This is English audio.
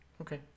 okay